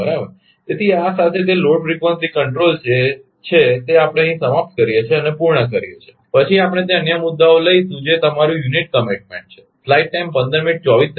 તેથી આ સાથે તે લોડ ફ્રીક્વન્સી કંટ્રોલ જે છે તે આપણે અહીં સમાપ્ત કરીએ છીએ અને પૂર્ણ કરીએ છીએ પછી આપણે તે અન્ય મુદ્દા લઈશું જે તમારું યુનિટ કમીટમેન્ટ છે